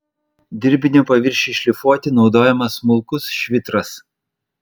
dirbinio paviršiui šlifuoti naudojamas smulkus švitras